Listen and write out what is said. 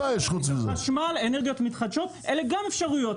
--- חשמל, אנרגיות מתחדשות - אלה גם אפשרויות.